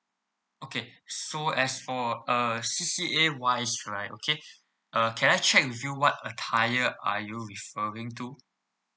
okay so as for uh C_C_A wise right okay uh can I check with you what attire are you referring to